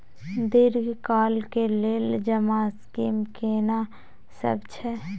दीर्घ काल के लेल जमा स्कीम केना सब छै?